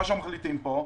מה שאנחנו מחליטים פה,